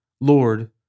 Lord